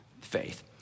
faith